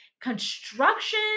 construction